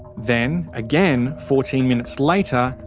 then, again, fourteen minutes later,